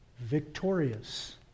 Victorious